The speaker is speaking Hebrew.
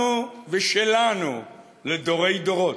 לנו ושלנו לדורי דורות.